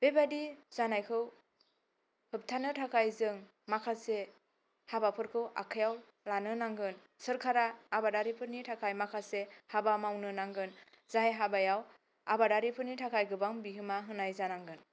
बेबादि जानायखौ होबथानो थाखाय जों माखासे हाबाफोरखौ आखाय आव लानो नांगोन सोरखारा आबादारि फोरनि थाखाय माखासे हाबा मावनो नांगोन जाय हाबायाव आबादारि फोरनो थाखाय गोबां बिहोमा होनाय जागोन